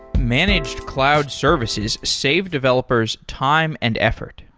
managed cloud services save developers time and effort.